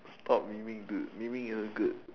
stop memeing dude memeing isn't good